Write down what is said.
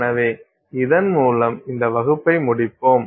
எனவே இதன் மூலம் இந்த வகுப்பை முடிப்போம்